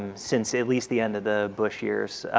since at least the end of the bush years.